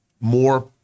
more